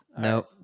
No